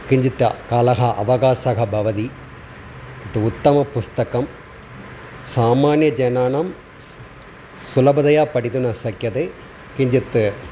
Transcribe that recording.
किञ्चित् कालः अवकाशः भवति त् उत्तमपुस्तकं सामान्यजनानां स् सुलभतया पठितुं न शक्यते किञ्चित्